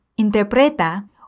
interpreta